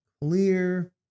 clear